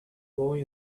boy